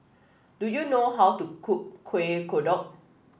do you know how to cook Kueh Kodok